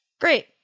Great